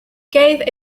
gave